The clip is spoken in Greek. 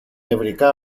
νευρικά